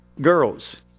girls